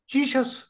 Jesus